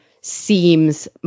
seems